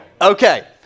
Okay